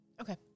Okay